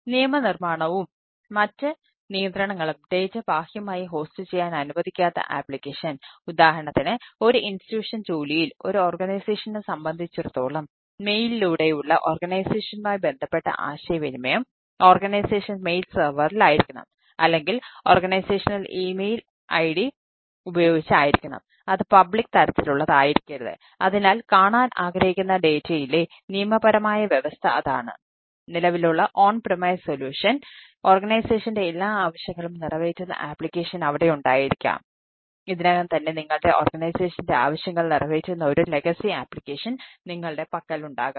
നിയമനിർമ്മാണവും മറ്റ് നിയന്ത്രണങ്ങളും ഡാറ്റ നിങ്ങളുടെ പക്കലുണ്ടാകാം